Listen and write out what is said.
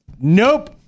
Nope